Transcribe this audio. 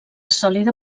sòlida